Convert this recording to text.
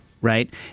right